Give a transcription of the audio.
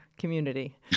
community